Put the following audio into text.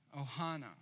Ohana